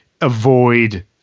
avoid